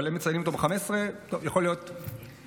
אבל הם מציינים אותו ב-15, יכול להיות שטעיתי,